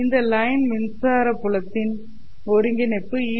இந்த லைன் மின்சார புலத்தின் ஒருங்கிணைப்பு Et1L